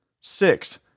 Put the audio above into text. Six